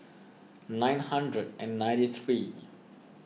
nine hundred and ninety three